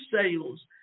sales